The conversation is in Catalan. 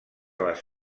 les